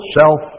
self